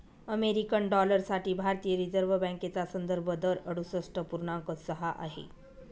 American dollar साठी भारतीय reserve बँकेचा संदर्भ दर अडुसष्ठ पूर्णांक सहा आहे